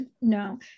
No